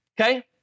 Okay